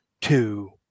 two